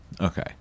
Okay